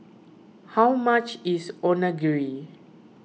how much is Onigiri